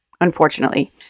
unfortunately